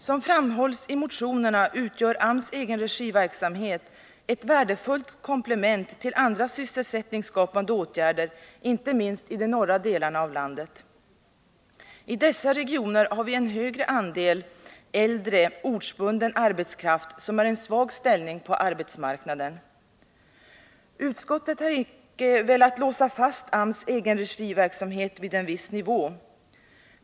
Som framhålls i motionerna utgör AMS egenregiverksamhet ett värdefullt komplement till andra sysselsättningsskapande åtgärder, inte minst i de norra delarna av landet. I dessa regioner har vi en högre andel äldre ortsbunden arbetskraft som har en svag ställning på arbetsmarknaden. Utskottet har icke velat låsa fast AMS egenregiverksamhet vid en viss nivå.